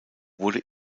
wurde